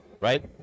right